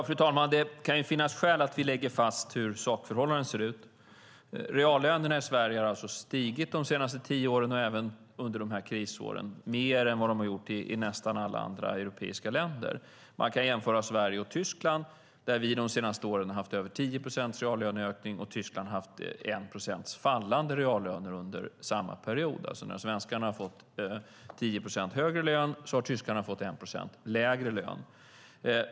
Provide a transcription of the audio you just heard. Fru talman! Det kan finnas skäl att vi lägger fast hur sakförhållandena ser ut. Reallönerna i Sverige har stigit de senaste tio åren och även under krisåren och det mer än vad de har gjort i nästan alla andra europeiska länder. Man kan jämföra Sverige och Tyskland, där vi de senaste åren har haft över 10 procents reallöneökning och Tyskland haft 1 procents fallande reallöner under samma period. När svenskarna har fått 10 procent högre lön har tyskarna fått 1 procent lägre lön.